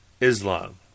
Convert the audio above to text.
Islam